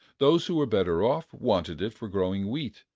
those who were better off, wanted it for growing wheat,